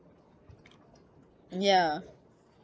ya